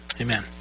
Amen